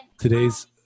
Today's